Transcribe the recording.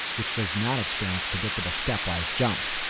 which does not experience predictable step-wise jumps.